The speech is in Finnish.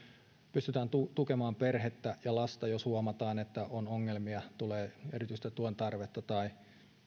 pystytään tukemaan perhettä ja lasta jos huomataan että on ongelmia jos tulee erityistä tuen tarvetta tai